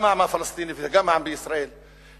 גם העם הפלסטיני וגם העם בישראל יתגברו,